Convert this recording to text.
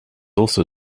also